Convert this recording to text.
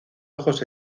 ojos